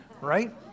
right